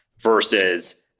versus